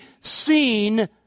seen